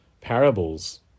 parables